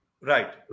right